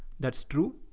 that's true.